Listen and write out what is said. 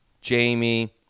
jamie